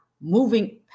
moving